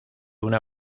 una